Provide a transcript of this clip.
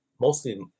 Mostly